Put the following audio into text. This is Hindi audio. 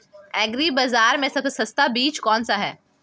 एग्री बाज़ार में सबसे सस्ता बीज कौनसा है?